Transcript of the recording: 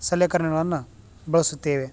ಸಲೆಕರಣೆಗಳನ್ನು ಬಳಸುತ್ತೇವೆ